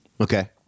Okay